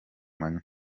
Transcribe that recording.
manywa